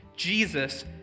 Jesus